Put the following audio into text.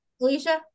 alicia